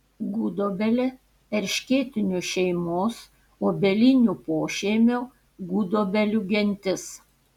gudobelė erškėtinių šeimos obelinių pošeimio gudobelių gentis